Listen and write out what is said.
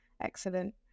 Excellent